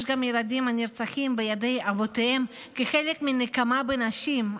יש גם ילדים הנרצחים בידי אבותיהם כחלק מנקמה בנשים,